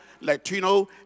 latino